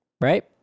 right